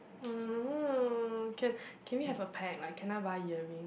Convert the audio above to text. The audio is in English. can can we have a pact like can I buy earring